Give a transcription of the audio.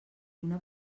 una